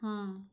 ହଁ